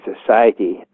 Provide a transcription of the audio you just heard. society